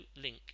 link